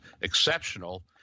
exceptional